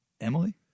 Emily